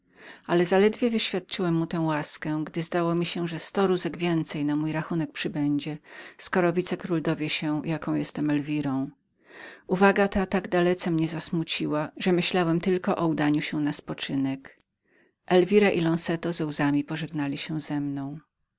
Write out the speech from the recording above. ale zaledwie wyświadczyłem mu tę łaskę gdy zdało mi się że sto rózg więcej na mój rachunek przybędzie skoro wicekról dowie się jaką ja jestem elwirą uwaga ta tak dalece mnie zasmuciła że myślałem tylko o udaniu się na spoczynek elwira i lonzeto ze łzami pożegnali się ze mną